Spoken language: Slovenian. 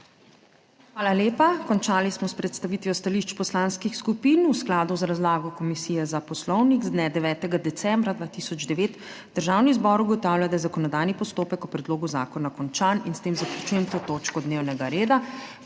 Hvala lepa. Končali smo s predstavitvijo stališč poslanskih skupin. V skladu z razlago Komisije za Poslovnik z dne 9. decembra 2009 Državni zbor ugotavlja, da je zakonodajni postopek o predlogu zakona končan. In s tem zaključujem to točko dnevnega reda.